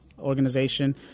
organization